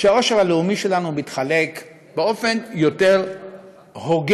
שהעושר הלאומי שלנו מתחלק באופן יותר הוגן,